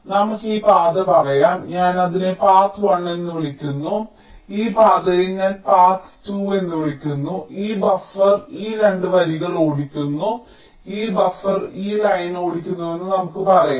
നമുക്ക് ഈ പാത പറയാം ഞാൻ അതിനെ പാത്ത് 1 എന്ന് വിളിക്കുന്നു ഈ പാതയെ ഞാൻ പാത 2 എന്ന് വിളിക്കുന്നു ഈ ബഫർ ഈ 2 വരികൾ ഓടിക്കുന്നു ഈ ബഫർ ഈ ലൈൻ ഓടിക്കുന്നുവെന്ന് നമുക്ക് പറയാം